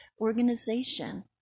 organization